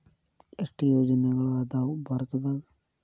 ಎಷ್ಟ್ ಯೋಜನೆಗಳ ಅದಾವ ಭಾರತದಾಗ?